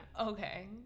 Okay